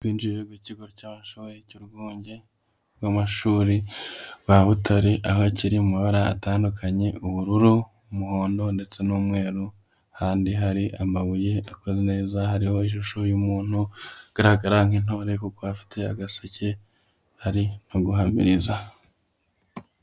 Ubwinjiriro bw'ikigo cy'amashuru cy'urwunge rw'amashuri rwa Butare, aho kiri mu mabara atandukanye, ubururu, umuhondo, ndetse n'umweru, ahandi hari amabuye akoze neza, hariho ishusho y'umuntu ugaragara nk'intore, kuko afite agaseke ari no guhamiriza.